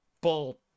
bull